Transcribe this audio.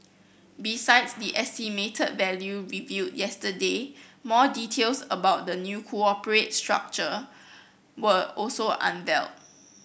besides the estimated value revealed yesterday more details about the new corporate structure were also unveiled